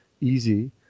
easy